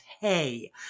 hey